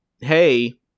hey